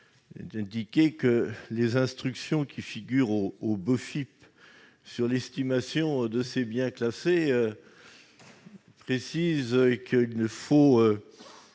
Enfin, les instructions qui figurent dans le (BOFiP) sur l'estimation de ces biens classés précisent qu'il faut